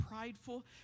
prideful